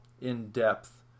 in-depth